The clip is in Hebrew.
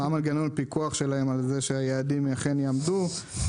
מה מנגנון הפיקוח שלהם על זה שאכן יעמדו ביעדים,